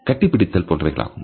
கட்டிபிடித்தல் போன்றவைகளாகும்